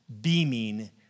beaming